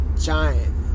giant